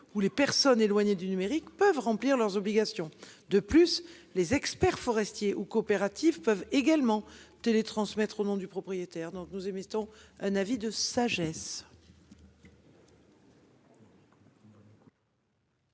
où les personnes éloignées du numérique peuvent remplir leurs obligations de plus les experts forestiers ou coopératif peuvent également télétransmettre au nom du propriétaire, donc nous émettons un avis de sagesse.